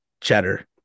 cheddar